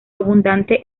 abundante